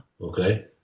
Okay